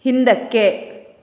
ಹಿಂದಕ್ಕೆ